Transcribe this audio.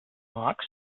marx